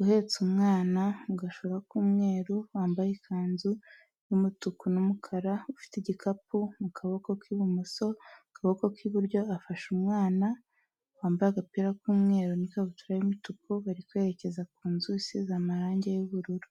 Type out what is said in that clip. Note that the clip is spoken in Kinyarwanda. uhetse umwana mu gashura k'umweru wambaye ikanzu y'umutuku n'umukara ufite igikapu mu kaboko k'ibumoso, akaboko k'iburyo afashe umwana, wambaye agapira k'umweru n'ikabutura y'umutuku bari kwerekeza ku nzu isize amarangi y'ubururu.